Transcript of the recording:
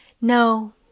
no